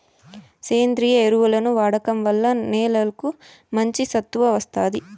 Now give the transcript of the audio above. సేంద్రీయ ఎరువులను వాడటం వల్ల నేలకు మంచి సత్తువ వస్తాది